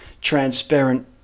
transparent